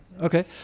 okay